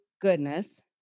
goodness